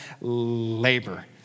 labor